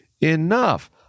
enough